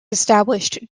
established